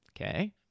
Okay